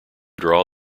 draw